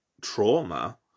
trauma